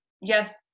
yes